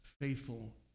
faithful